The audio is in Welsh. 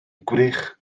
gwrych